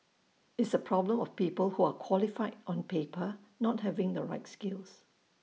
it's A problem of people who are qualified on paper not having the right skills